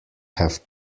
have